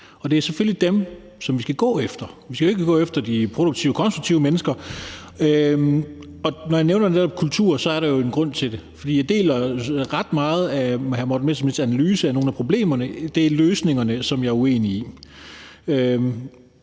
det er selvfølgelig dem, som vi skal gå efter. Vi skal jo ikke gå efter de produktive og konstruktive mennesker. Når jeg nævner netop kultur, er der jo en grund til det, for jeg deler ret meget af hr. Morten Messerschmidts analyse af nogle af problemerne. Det er løsningerne, som jeg er uenig i.